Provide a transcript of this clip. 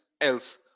else